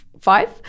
five